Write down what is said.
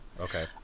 Okay